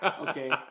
Okay